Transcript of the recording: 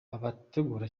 abategura